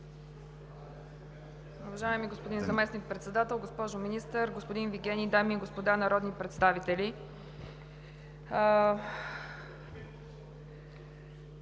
Уважаеми господин Председател, госпожо Министър, господин Вигенин, дами и господа народни представители!